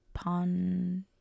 Pond